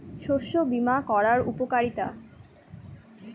শস্য বিমা করার উপকারীতা?